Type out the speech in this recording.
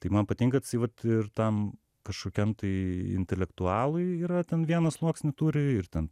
tai man patinka kad jisai vat ir tam kažkokiam tai intelektualui yra ten vieną sluoksnį turi ir ten